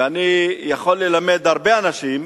ואני יכול ללמד הרבה אנשים